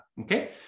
okay